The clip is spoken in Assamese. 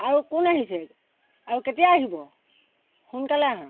আৰু কোন আহিছে আৰু কেতিয়া আহিব সোনকালে আহাঁ